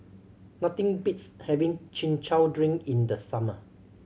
nothing beats having Chin Chow drink in the summer